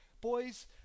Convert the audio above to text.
Boys